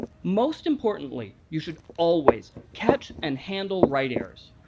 most importantly, you should always catch and handle write errors,